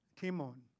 Timon